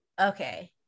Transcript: Okay